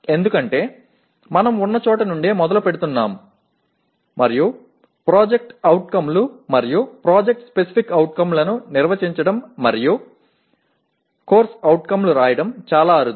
ஏனென்றால் நாம் இருக்கும் இடத்திலிருந்தே ஆரம்பிக்கிறோம் POக்கள் மற்றும் PSOக்களை வரையறுத்து COக்களை எழுதுவது மிகவும் அரிது